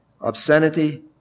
obscenity